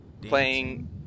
Playing